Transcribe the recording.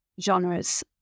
genres